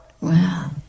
Wow